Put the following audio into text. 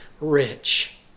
rich